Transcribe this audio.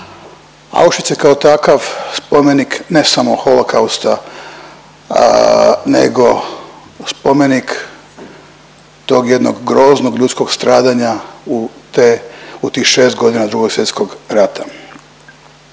Auschwitz je kao takav spomenik ne samo Holokausta nego spomenik tog jednog groznog ljudskog stradanja u te, u tih 6.g. II. Svjetskog rata.